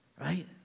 Right